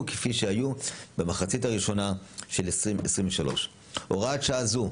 כפי שהיו במחצית הראשונה של 2023. הוראת שעה זו,